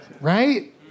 Right